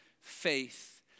faith